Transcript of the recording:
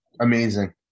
Amazing